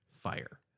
fire